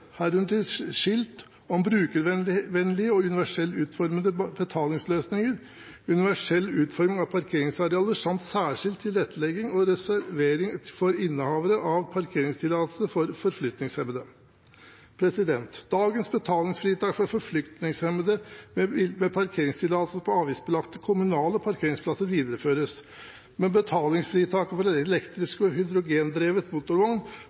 herunder til skilt, om brukervennlige og universelt utformede betalingsløsninger, universell utforming av parkeringsareal samt særskilt tilrettelegging og reservering for innehavere av parkeringstillatelse for forflytningshemmede. Dagens betalingsfritak for forflytningshemmede med parkeringstillatelse på avgiftsbelagte kommunale parkeringsplasser videreføres, mens betalingsfritaket for elektrisk og hydrogendrevet motorvogn